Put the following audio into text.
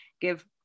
give